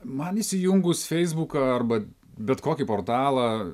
man įsijungus feisbuką arba bet kokį portalą